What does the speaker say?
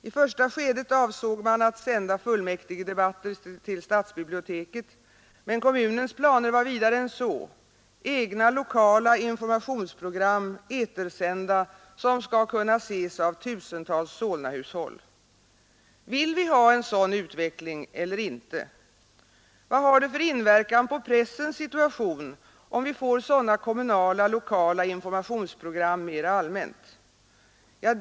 I första skedet avsåg man att sända fullmäktigedebatter till stadsbiblioteket, men kommunens planer var vidare än så: egna lokala informationsprogram, etersända, som skall kunna ses av tusentals Solnahushåll. Vill vi ha en sådan utveckling eller inte? Vad har det för inverkan på pressens situation om vi får sådana kommunala lokala informationsprogram mer allmänt?